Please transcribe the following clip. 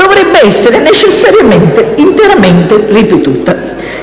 dovrebbe essere necessariamente interamente ripetuta.